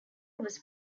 was